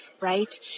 right